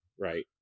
right